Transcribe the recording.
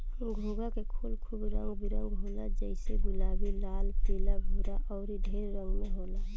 घोंघा के खोल खूब रंग बिरंग होला जइसे गुलाबी, लाल, पीला, भूअर अउर ढेर रंग में होला